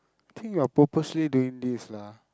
think you're purposely doing this lah